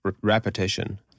repetition